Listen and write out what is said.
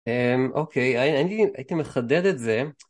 אוקיי, הייתי מחדד את זה.